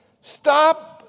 Stop